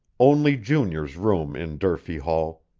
only juniors room in durfee hall.